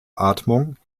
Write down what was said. atmung